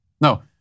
No